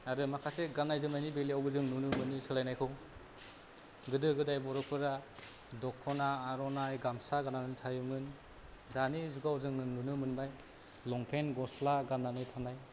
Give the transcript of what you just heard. आरो माखासे गाननाय जोमनायनि बेलायावबो जों नुनो मोन्दों सोलायनायखौ गोदो गोदाय बर'फोरा दख'ना आर'नाय गामसा गाननानै थायोमोन दानि जुगाव जोङो नुनो मोनबाय लंपेन्ट गस्ला गाननानै थानाय